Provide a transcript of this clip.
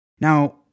Now